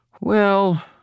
Well